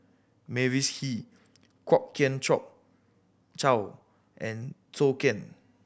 Mavis Hee Kwok Kian Chow and Zhou Can